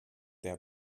der